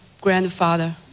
grandfather